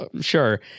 Sure